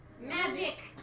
Magic